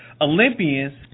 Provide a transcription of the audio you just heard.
Olympians